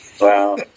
Wow